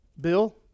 Bill